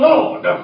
Lord